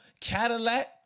Cadillac